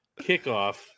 kickoff